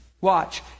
Watch